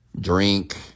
drink